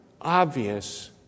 obvious